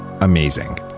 amazing